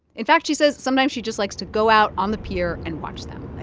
in fact, she says sometimes she just likes to go out on the pier and watch them i